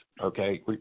okay